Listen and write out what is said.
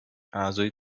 اعضای